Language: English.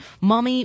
mommy